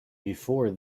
before